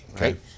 Right